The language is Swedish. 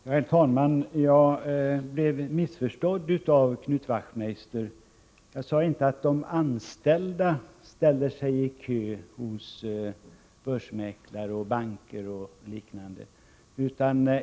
Herr talman! Jag blev missförstådd av Knut Wachtmeister. Jag sade inte att de anställda ställer sig i kö hos börsmäklare, banker och liknande.